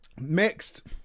Mixed